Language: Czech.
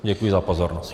Děkuji za pozornost.